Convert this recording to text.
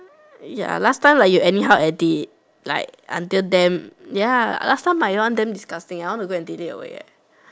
ya last time like you anyhow edit like until damn ya last time my one damn disgusting I want to go and delete away